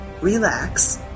relax